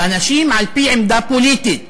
על-פי עמדה פוליטית